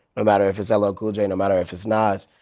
matter if it's ll ah cool j, no matter if it's nas,